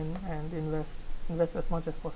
and invest invest as much as possible